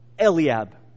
Eliab